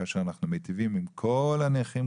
כאשר אנחנו מיטיבים עם כל הנכים,